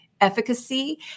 efficacy